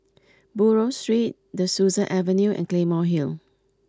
Buroh Street De Souza Avenue and Claymore Hill